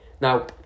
Now